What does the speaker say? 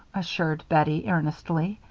assured bettie, earnestly,